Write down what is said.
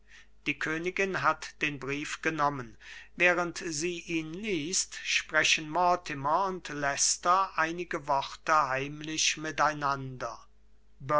die königin hat den brief genommen während sie ihn liest sprechen mortimer und leicester einige worte heimlich